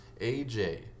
AJ